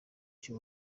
cy’u